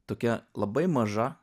tokia labai maža